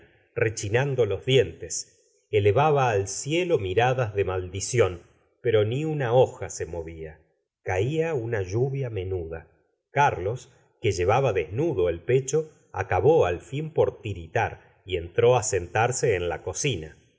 rechinando los dientes elevaba al cielo miradas de maldición pero ni una hoja se móvia caia una lluvia menuda carlos que llevaba desnudo el pecho acabó al fin por tiritar y entró á sentarse en la cocina